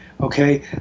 okay